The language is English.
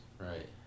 Right